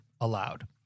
allowed